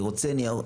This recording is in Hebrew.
אני רוצה נייר.